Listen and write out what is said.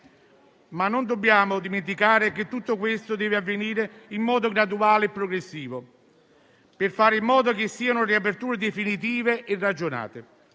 tuttavia, dimenticare che tutto questo deve avvenire in modo graduale e progressivo, per fare in modo che siano riaperture definitive e ragionate,